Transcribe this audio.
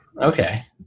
okay